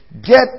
Get